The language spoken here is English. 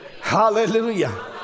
Hallelujah